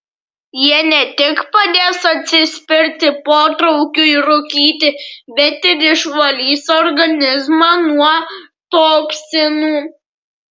jie ne tik padės atsispirti potraukiui rūkyti bet ir išvalys organizmą nuo toksinų